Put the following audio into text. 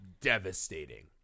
devastating